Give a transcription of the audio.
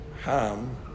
Ham